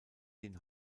den